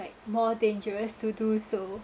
like more dangerous to do so